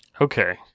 Okay